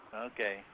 Okay